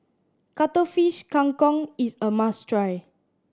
Cuttlefish Kang Kong is a must try